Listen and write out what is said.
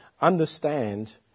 understand